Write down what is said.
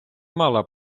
мала